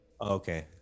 Okay